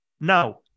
Now